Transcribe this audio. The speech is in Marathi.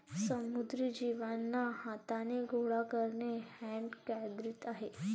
समुद्री जीवांना हाथाने गोडा करणे हैंड गैदरिंग आहे